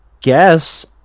guess